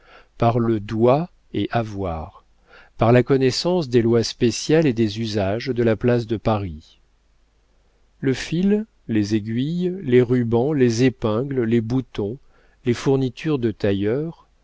par le doit et avoir par la connaissance des lois spéciales et des usages de la place de paris le fil les aiguilles les rubans les épingles les boutons les fournitures de tailleur